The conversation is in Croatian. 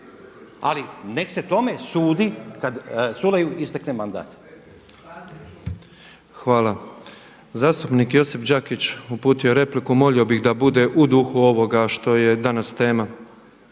Ali neka se tome sudi kada Culeju istekne mandat. **Petrov, Božo (MOST)** Hvala. Zastupnik Josip Đakić uputio bih repliku. Molio bih da bude u duhu ovoga što je danas tema.